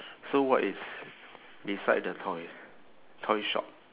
so what is beside the toy toy shop